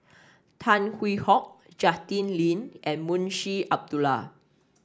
Tan Hwee Hock Justin Lean and Munshi Abdullah